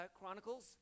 Chronicles